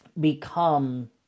become